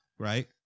Right